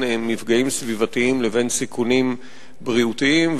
מפגעים סביבתיים לבין סיכונים בריאותיים,